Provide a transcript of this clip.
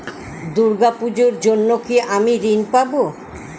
দূর্গা পূজার জন্য কি আমি ঋণ পাবো?